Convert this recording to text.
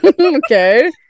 okay